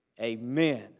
Amen